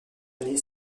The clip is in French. année